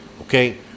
okay